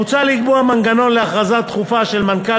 מוצע לקבוע מנגנון להכרזה דחופה של מנכ"ל